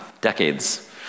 decades